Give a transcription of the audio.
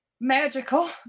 magical